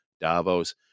Davos